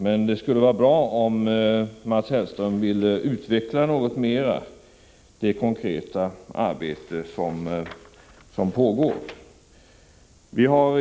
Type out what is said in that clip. Men det vore ändå bra om Mats Hellström något mer ville utveckla det konkreta arbete som pågår.